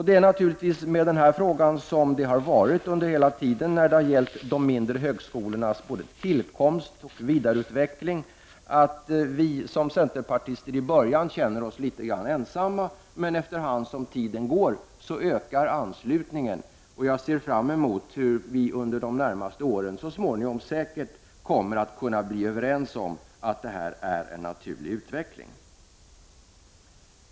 Det är naturligtvis med denna fråga på samma sätt som det har varit hela tiden när det gällt tillkomsten och vidareutvecklingen av de mindre högskolorna: vi centerpartister känner oss i början litet ensamma, men efterhand ökar anslutningen till våra ståndpunkter. Jag ser därför fram emot att vi under de närmaste åren säkert kommer att kunna bli överens om att detta är en naturlig utveckling.